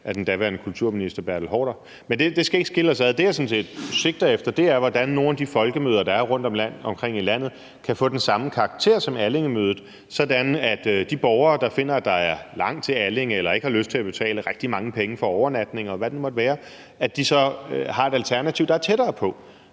af den daværende kulturminister Bertel Haarder. Men det skal ikke skille os ad. Det, jeg sådan set sigter efter, er, hvordan nogle af de folkemøder, der er rundtomkring i landet, kan få den samme karakter, som Allingemødet har, sådan at de borgere, der finder, at der er langt til Allinge, eller som ikke har lyst til at betale rigtig mange penge for overnatninger, og hvad det nu måtte være, så har et alternativ, der er tættere på.